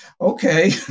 Okay